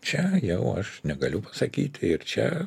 čia jau aš negaliu pasakyti ir čia